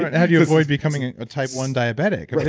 but how do you avoid becoming a type one diabetic?